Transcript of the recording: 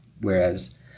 whereas